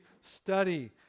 study